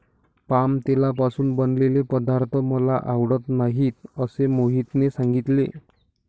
palm तेलापासून बनवलेले पदार्थ मला आवडत नाहीत असे मोहनने सांगितले